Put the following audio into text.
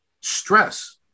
stress